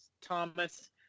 Thomas